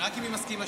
רק אם היא מסכימה.